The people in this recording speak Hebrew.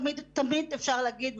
תמיד אפשר להגיד,